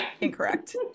incorrect